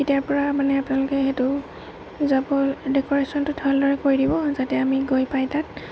কেতিয়াৰ পৰা মানে আপোনালোকে সেইটো যাব ডেকৰেশ্যনটো ভালদৰে কৰি দিব যাতে আমি গৈ পাই তাত